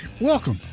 welcome